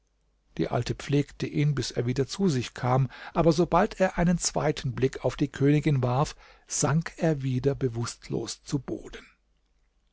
die alte pflegte ihn bis er wieder zu sich kam aber sobald er einen zweiten blick auf die königin warf sank er wieder bewußtlos zu boden